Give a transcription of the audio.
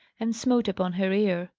and smote upon her ear.